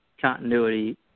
continuity